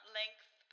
length